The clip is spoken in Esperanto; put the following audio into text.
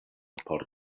por